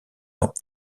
temps